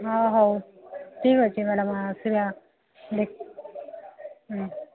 ହଁ ହଉ ଠିକ୍ ଅଛି ମ୍ୟାଡ଼ାମ୍ ଆସିବା ଦେଖ